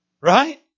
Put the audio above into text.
right